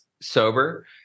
sober